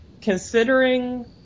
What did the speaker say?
Considering